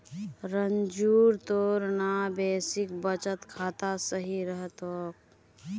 रंजूर तोर ना बेसिक बचत खाता सही रह तोक